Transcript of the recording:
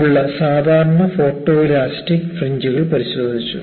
ഉള്ള സാധാരണ ഫോട്ടോലാസ്റ്റിക് ഫ്രിഞ്ച്കൾ പരിശോധിച്ചു